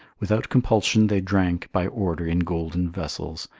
without compulsion they drank by order in golden vessels,